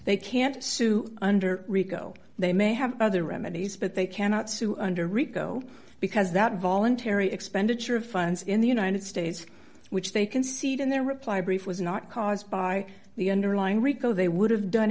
they can't sue under rico they may have other remedies but they cannot sue under rico because that voluntary expenditure of funds in the united states which they concede in their reply brief was not caused by the underlying rico they would have done